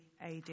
AD